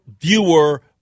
viewer